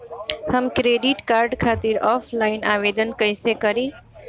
हम credit card खातिर offline आवेदन कइसे करि?